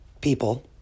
people